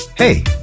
Hey